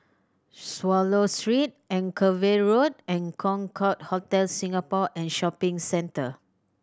Swallow Street Anchorvale Road and Concorde Hotel Singapore and Shopping Centre